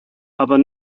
aber